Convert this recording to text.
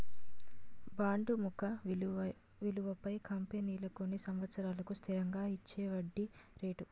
bond ముఖ విలువపై కంపెనీలు కొన్ని సంవత్సరాలకు స్థిరంగా ఇచ్చేవడ్డీ రేటు